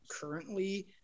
currently